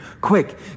Quick